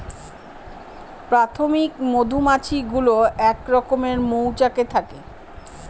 প্রাথমিক মধুমাছি গুলো এক রকমের মৌচাকে থাকে